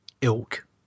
ilk